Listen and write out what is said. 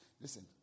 Listen